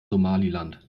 somaliland